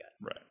Right